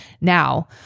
now